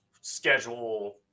schedule